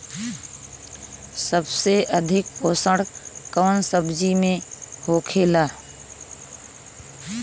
सबसे अधिक पोषण कवन सब्जी में होखेला?